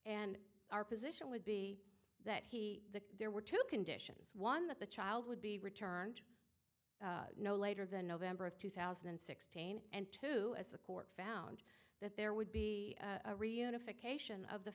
and our position would be that he there were two conditions one that the child would be returned no later than november of two thousand and sixteen and two as the court found that there would be a reunification of the